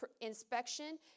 inspection